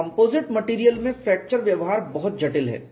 composite material में fracture व्यवहार बहुत जटिल है